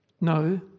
No